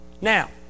Now